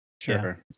Sure